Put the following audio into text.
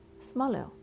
smaller